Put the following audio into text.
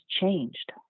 changed